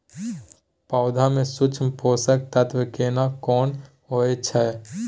पौधा में सूक्ष्म पोषक तत्व केना कोन होय छै?